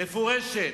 מפורשת,